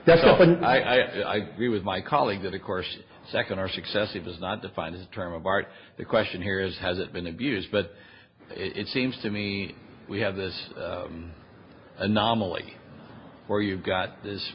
and i agree with my colleague that of course second are successive is not the final term of art the question here is has it been abused but it seems to me we have this anomaly where you've got this